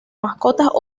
mascotas